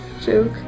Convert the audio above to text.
joke